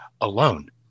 alone